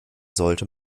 sollte